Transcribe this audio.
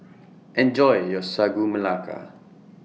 Enjoy your Sagu Melaka